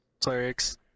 clerics